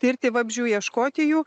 tirti vabzdžių ieškoti jų